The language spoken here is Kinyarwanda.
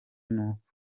nuko